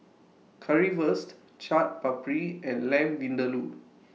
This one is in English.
Currywurst Chaat Papri and Lamb Vindaloo